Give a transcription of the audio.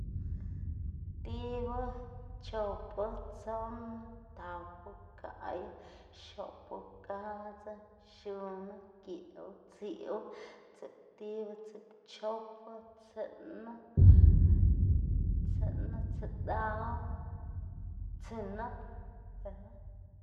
Tibu, chopu, tsonu, tapu, gayu, xopu, gadzu, xunu, geꞌwu, tsiꞌwu, tsiꞌptibu, tsiꞌpchopu, tsi'nu, tsiꞌnu, tsiꞌdawu, tsinu.